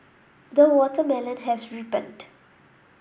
the watermelon has ripened